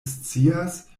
scias